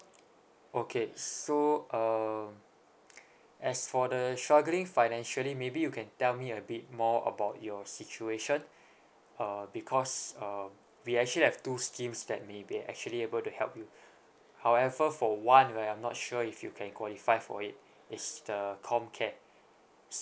okay so um as for the struggling financially maybe you can tell me a bit more about your situation uh because um we actually have two schemes that may be actually able to help you however for one right I'm not sure if you can qualify for it's the comcare